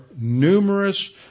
numerous